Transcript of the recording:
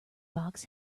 box